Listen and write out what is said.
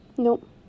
Nope